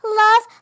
love